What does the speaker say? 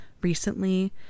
recently